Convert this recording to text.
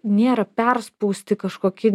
nėra perspausti kažkokie